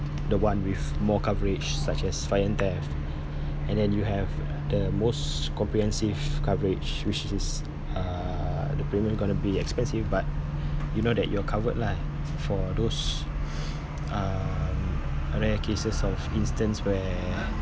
the one with more coverage such as fire and theft and then you have the most comprehensive coverage which is uh the premium gonna be expensive but you know that you're covered lah for those uh rare cases of instance where